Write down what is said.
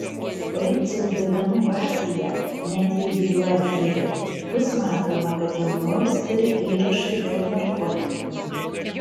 policijos duomenų bazėje net jei byla archyve bus matoma kad jaunuolis turi įrašą dėl narkotikų